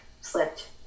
slipped